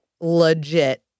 legit